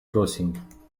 crossing